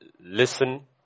listen